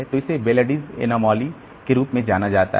तो इसे बेलेडीस अनामलीज़Belady's anomaly के रूप में जाना जाता है